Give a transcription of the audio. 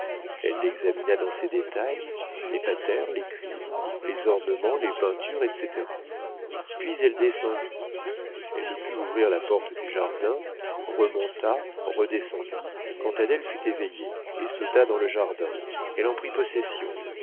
elle l'examina dans ses détails les patères les cuivres les ornements les peintures etc puis elle descendit elle ne put ouvrir la porte du jardin remonta redescendit quand adèle fut éveillée et sauta dans le jardin elle en prit possession